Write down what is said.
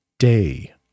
day